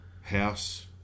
house